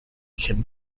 can